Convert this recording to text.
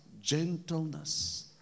gentleness